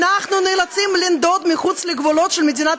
אנחנו נאלצים לנדוד מחוץ לגבולות של מדינת